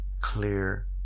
clear